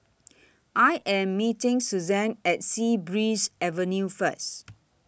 I Am meeting Suzan At Sea Breeze Avenue First